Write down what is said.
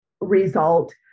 result